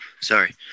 Sorry